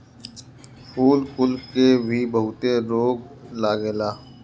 फूल कुल के भी बहुते रोग लागेला